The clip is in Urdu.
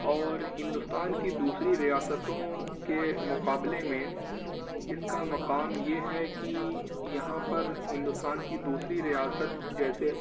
اور ہندوستان کی دوسری ریاستوں کے مقابلے میں اس کا مقام یہ ہے کہ یہاں پر ہندوستان کی دوسری ریاست جیسے